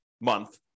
month